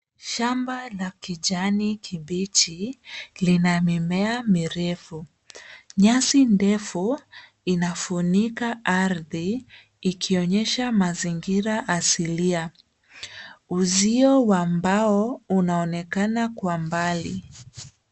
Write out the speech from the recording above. Shamba la kijani kibichi lina mimea mirefu. Nyasi ndefu inafunika arthi ikionyesha mazingira asilia. Uzio wa mbao unaonekana kwa mbali.